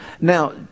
Now